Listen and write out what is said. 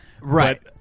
Right